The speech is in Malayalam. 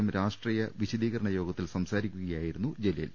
എം രാഷ്ട്രീയ വിശദീകരണ യോഗത്തിൽ സംസാരിക്കുകയായിരുന്നു ഡോക്ടർ ജലീൽ